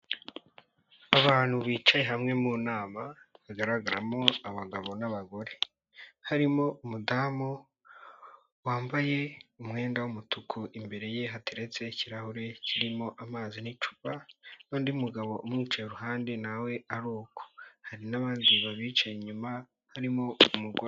Abantu bicaye hamwe mu nama, hagaragaramo abagabo n'abagore, harimo umudamu wambaye umwenda w'umutuku imbere ye hateretse ikirahure kirimo amazi n'icupa n'undi mugabo umwicaye iruhande nawe aruko, hari n'abandi babicaye inyuma harimo umugore.